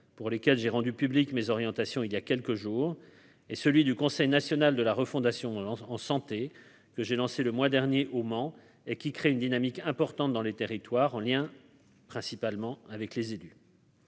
pour lesquels j'ai rendu public mes orientations, il y a quelques jours, et celui du Conseil national de la refondation lance en santé que j'ai lancé le mois dernier au Mans et qui crée une dynamique importante dans les territoires en lien, principalement avec les élus.